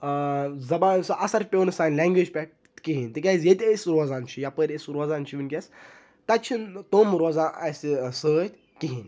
زَبان سُہ اَثَر پیٚو نہٕ سانہِ لینگویج پیٚٹھ کِہیٖنۍ تکیازِ ییٚتہِ أسۍ روزان چھِ یَپٲرۍ أسۍ روزان چھِ وٕنٛکیٚس تَتہِ چھِنہٕ تم روزان اَسہ سۭتۍ کِہیٖنۍ